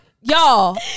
y'all